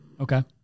Okay